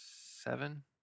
seven